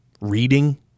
reading